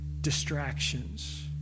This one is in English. distractions